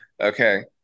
Okay